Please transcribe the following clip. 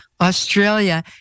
australia